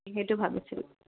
সেইটো ভাবিছিলোঁ